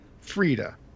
Frida